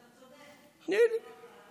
אתה צודק, אבל לא אחת.